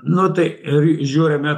nu tai ir žiūrime